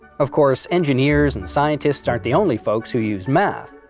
of course, engineers and scientists aren't the only folks who use math.